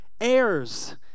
Heirs